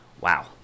wow